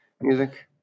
music